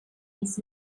his